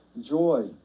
joy